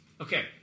okay